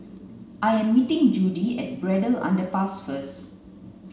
I am meeting Judy at Braddell Underpass first